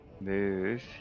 move